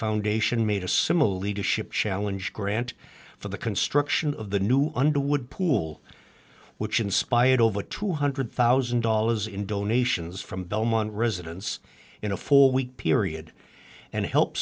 foundation made a similar leadership challenge grant for the construction of the new underwood pool which inspired over two hundred thousand dollars in donations from belmont residents in a four week period and help